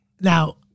now